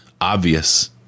obvious